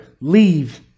leave